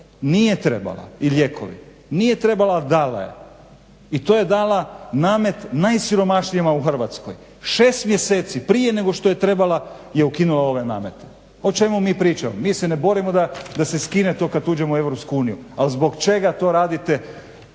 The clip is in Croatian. Nije trebala, i lijekovi, nije trebala, a dala je, i to je dala namet najsiromašnijima u Hrvatskoj, 6 mjeseci prije nego što je trebala je ukinula ovaj namet. O čemu mi pričamo. Mi se ne borimo da se skine to kad uđemo u Europsku uniju, ali zbog čega to radite